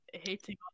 hating